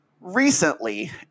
Recently